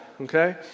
okay